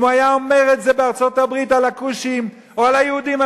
אם הוא היה אומר את זה בארצות-הברית על הכושים או על היהודים,